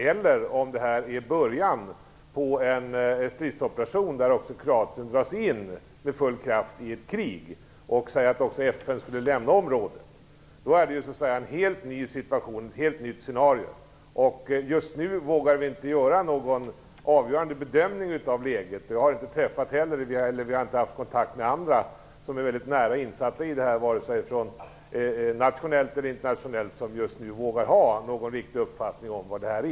Men om det är början på en stridsoperation där också Kroatien dras in med full kraft i ett krig, och om FN skulle lämna området, är det en helt ny situation och ett helt nytt scenario. Just nu vågar vi inte göra någon avgörande bedömning av läget. Vi har inte haft kontakt med någon som är väldigt insatta i ämnet, vare sig nationellt eller internationellt, som just nu vågar ha någon riktig uppfattning om vad som sker.